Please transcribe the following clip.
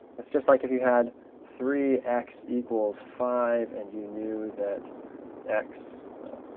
it's just like if you had three x equals five and you knew that x well,